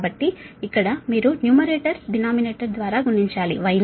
కాబట్టి ఇక్కడ మీరు న్యూమరేటర్ డినామినేటర్ ద్వారా గుణించాలి Y ని